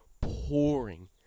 pouring